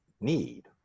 need